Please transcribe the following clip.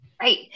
Right